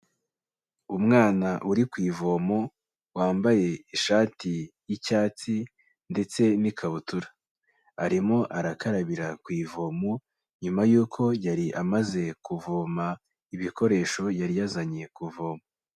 Umwana uri ku ivomo, wambaye ishati y'icyatsi ndetse n'ikabutura. Arimo arakarabira ku ivomo, nyuma yuko yari amaze kuvoma, ibikoresho yari yazanye kuvoma.